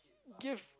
give